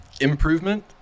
improvement